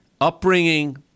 upbringing